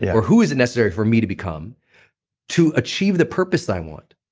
yeah or who is it necessary for me to become to achieve the purpose that i want?